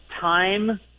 time